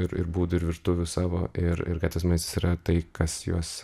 ir ir būdų ir virtuvių savo ir ir gatvės maistas yra tai kas juos